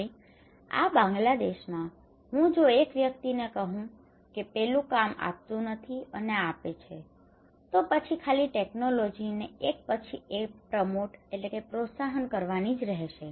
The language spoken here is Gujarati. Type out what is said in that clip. હવે આ બાંગ્લાદેશમાં હું જો એક વ્યક્તિને કહું કે પેલું કામ આપતું નથી અને આ આપે છે તો પછી ખાલી આ ટેક્નોલોજીને technology પ્રૌદ્યોગિકીય પ્રક્રિયા પદ્ધતિ એક પછી એક એમ પ્રોમોટ promote પ્રોત્સાહન કરવાની જ રહેશે